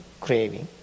craving